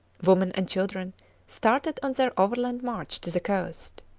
women, and children started on their overland march to the coast.